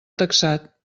taxat